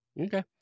Okay